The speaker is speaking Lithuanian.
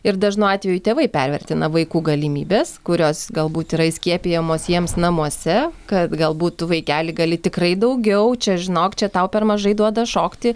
ir dažnu atveju tėvai pervertina vaikų galimybes kurios galbūt yra įskiepijamos jiems namuose kad galbūt tu vaikeli gali tikrai daugiau čia žinok čia tau per mažai duoda šokti